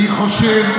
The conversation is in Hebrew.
אני חושב,